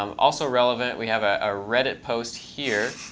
um also relevant. we have a reddit post here.